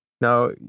Now